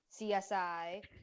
CSI